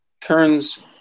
turns